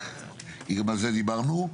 גם על זה דיברנו.